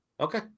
Okay